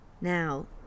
Now